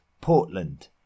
Portland